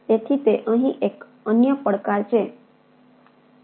તેથી તે અહીં એક અન્ય પડકાર છે